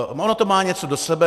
Ono to má něco do sebe.